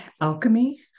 Alchemy